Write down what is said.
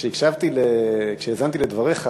שכשהאזנתי לדבריך